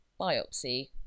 biopsy